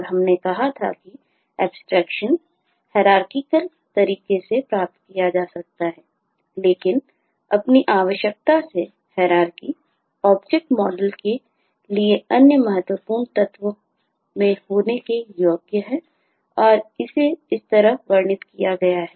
अब हम चार प्रमुख एलिमेंट्स के लिए अन्य महत्वपूर्ण तत्व में होने के योग्य है और इसे इस प्रकार वर्णित किया गया है